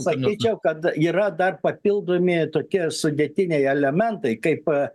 sakyčiau kad yra dar papildomi tokie sudėtiniai elementai kaip